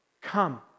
come